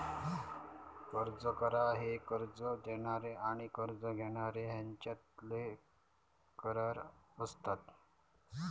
कर्ज करार ह्यो कर्ज देणारो आणि कर्ज घेणारो ह्यांच्यातलो करार असता